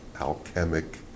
alchemic